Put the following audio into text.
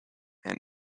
and